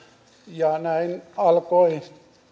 ja näin alkoi